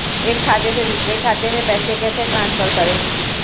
एक खाते से दूसरे खाते में पैसे कैसे ट्रांसफर करें?